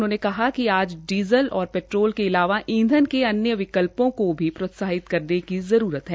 उन्होंने कहा कि आज डीज़ल और पेट्रोल के अलावा ईंधन के अन्य विकल्पों को भी प्रोत्साहित करने की जरूरत है